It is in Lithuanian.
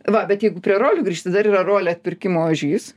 va bet jeigu prie rolių grįžti dar yra rolė atpirkimo ožys